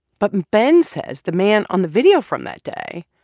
but ben says the man on the video from that day,